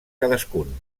cadascun